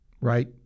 right